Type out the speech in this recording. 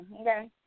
okay